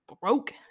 broke